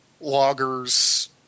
loggers